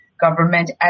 government